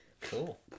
cool